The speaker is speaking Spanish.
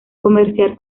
comerciar